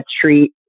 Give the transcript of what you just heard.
treat